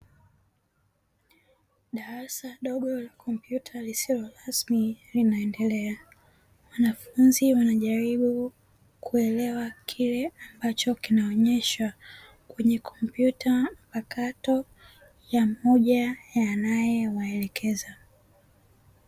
Darasa dogo la kompyuta lisilo rasmi linaendelea, wanafunzi wanajaribu kuelewa kile ambacho kinaonyeshwa kwenye kompyuta mpakato ya mmoja ya anayewaelekeza.